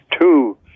two